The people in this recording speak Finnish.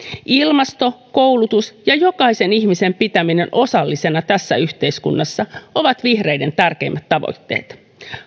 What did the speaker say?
ilmasto koulutus ja jokaisen ihmisen pitäminen osallisena tässä yhteiskunnassa ovat vihreiden tärkeimmät tavoitteet